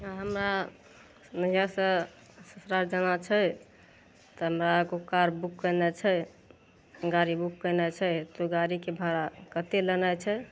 हमरा नैहर सऽ ससुराल जाना छै तऽ हमरा एको कार बुक केनाइ छै गारी बुक केनाइ छै त ओ गारीके भारा कते लेनाए छै